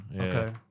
Okay